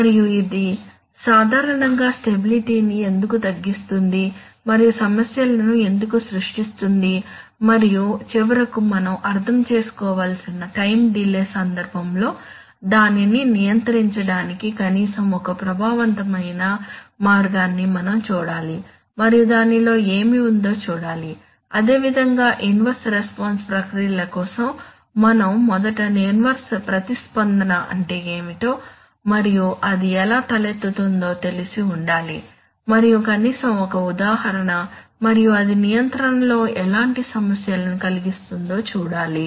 మరియు ఇది సాధారణంగా స్టెబిలిటీ ని ఎందుకు తగ్గిస్తుంది మరియు సమస్యలను ఎందుకు సృష్టిస్తుంది మరియు చివరకు మనం అర్థం చేసుకోవలసిన టైం డిలే సందర్భంలో దానిని నియంత్రించడానికి కనీసం ఒక ప్రభావవంతమైన మార్గాన్ని మనం చూడాలి మరియు దానిలో ఏమి ఉందో చూడాలి అదేవిధంగా ఇన్వర్స్ రెస్పాన్స్ ప్రక్రియల కోసం మనం మొదట ఇన్వర్స్ ప్రతిస్పందన అంటే ఏమిటో మరియు అది ఎలా తలెత్తుతుందో తెలిసి ఉండాలి మరియు కనీసం ఒక ఉదాహరణ మరియు అది నియంత్రణలో ఎలాంటి సమస్యలను కలిగిస్తుందో చూడాలి